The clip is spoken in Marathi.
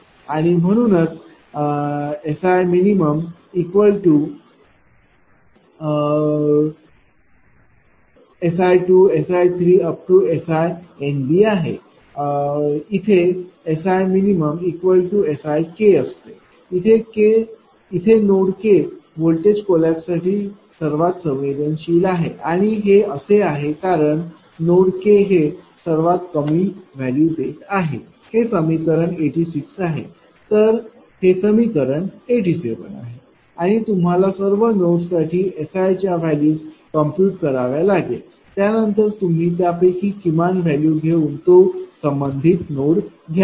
आणि म्हणूनच SIminSI2SI3SIआहे SIminSIअसते इथे नोड k व्होल्टेज कोलैप्ससाठी सर्वात संवेदनशील आहे आणि हे असे आहे कारण नोड k हे सर्वात कमी व्हॅल्यू देत आहे हे समीकरण 86 आहे तर हे समीकरण 87 आहे आणि तुम्हाला सर्व नोड्ससाठी SI च्या व्हॅल्यूज कम्प्युट कराव्या लागते त्यानंतर तुम्ही त्यापैकी किमान व्हॅल्यू घेऊन तो संबंधित नोड घ्या